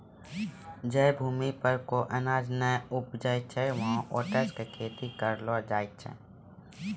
जै भूमि पर कोय अनाज नाय उपजै छै वहाँ ओट्स के खेती करलो जाय छै